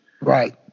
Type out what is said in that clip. Right